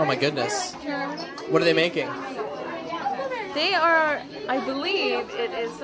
oh my goodness what are they making they are i believe it is